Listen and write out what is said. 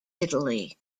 italy